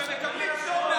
הוא הגיש חוקים בנושא תכנון